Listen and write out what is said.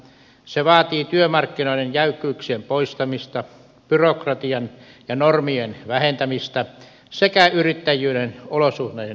se vaatii työmarkkinoiden jäykkyyksien poistamista byrokratian ja normien vähentämistä sekä yrittäjyyden olosuhteiden edistämistä